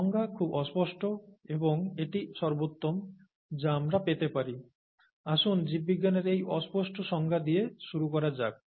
সংজ্ঞা খুব অস্পষ্ট এবং এটিই সর্বোত্তম যা আমরা পেতে পারি আসুন জীববিজ্ঞানের এই অস্পষ্ট সংজ্ঞা দিয়ে শুরু করা যাক